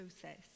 process